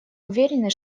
уверены